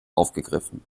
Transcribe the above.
aufgegriffen